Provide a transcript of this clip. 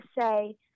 say